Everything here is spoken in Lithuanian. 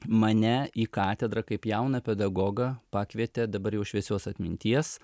mane į katedrą kaip jauną pedagogą pakvietė dabar jau šviesios atminties